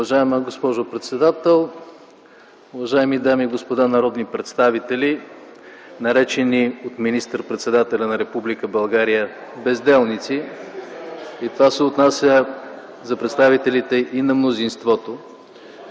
Уважаема госпожо председател, уважаеми дами и господа народни представители, наречени от министър-председателя на Република България безделници. Това се отнася за представителите и на мнозинството.